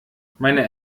meine